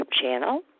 channel